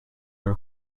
your